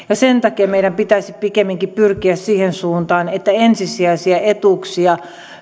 ja sen takia meidän pitäisi pikemminkin pyrkiä siihen suuntaan että ensisijaisia etuuksia